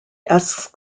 asks